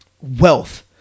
wealth